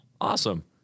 Awesome